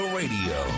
radio